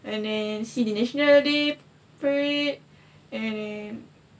and then see the national day parade and